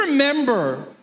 Remember